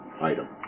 item